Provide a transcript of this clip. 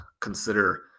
consider